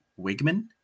Wigman